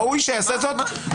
ראוי שאעשה זאת.